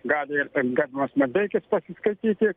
gali ir ten gerbiamas maldeikis pasiskaityti